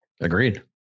Agreed